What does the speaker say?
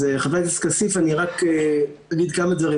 אז חבר הכנסת כסיף, אני רק אגיד כמה דברים.